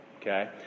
okay